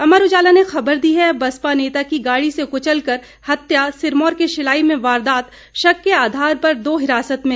अमर उजाला ने खबर दी है बसपा नेता की गाड़ी से कुचलकर हत्या सिरमौर के शिलाई में वारदात शक के आधार पर दो हिरासत में